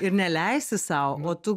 ir neleisi sau o tu